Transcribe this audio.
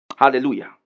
Hallelujah